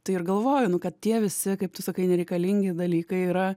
tai ir galvoju nu kad tie visi kaip tu sakai nereikalingi dalykai yra